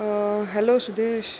hello Sudesh